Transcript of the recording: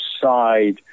side